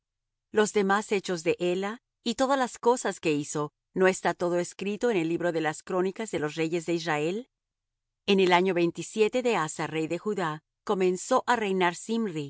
los demás hechos de ela y todas las cosas que hizo no está todo escrito en el libro de las crónicas de los reyes de israel en el año veintisiete de asa rey de judá comenzó á reinar